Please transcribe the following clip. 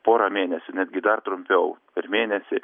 porą mėnesių netgi dar trumpiau per mėnesį